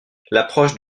l’approche